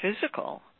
physical